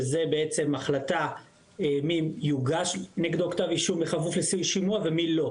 שזה בעצם החלטה מי יוגש נגדו כתב אישום בכפוף לסעיף שימוע ומי לא.